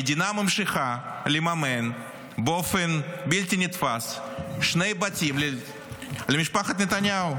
המדינה ממשיכה לממן באופן בלתי נתפס שני בתים למשפחת נתניהו.